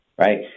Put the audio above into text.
right